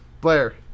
Blair